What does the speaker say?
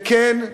וכן,